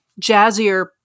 jazzier